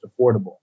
affordable